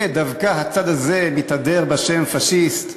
הנה דווקא הצד הזה מתהדר בשם "פאשיסט"